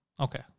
Okay